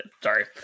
Sorry